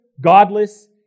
godless